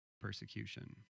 persecution